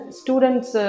students